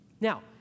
Now